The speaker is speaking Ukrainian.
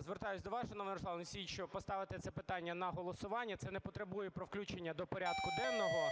Звертаюсь до вас, шановний Руслане Олексійовичу, поставити це питання на голосування. Це не потребує про включення до порядку денного,